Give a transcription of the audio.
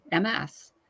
MS